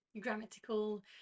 grammatical